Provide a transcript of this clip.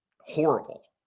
horrible